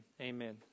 amen